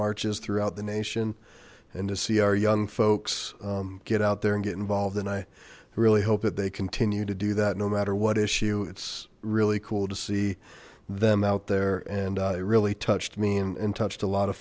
marches throughout the nation and to see our young folks get out there and get involved and i really hope that they continue to do that no matter what issue it's really cool to see them out there and i really touched me and touched a lot of